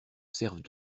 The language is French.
servent